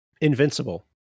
Invincible